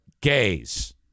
gays